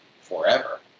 forever